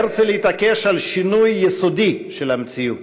הרצל התעקש על שינוי יסודי של המציאות.